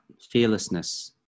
fearlessness